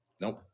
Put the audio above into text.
nope